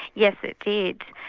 yes it did.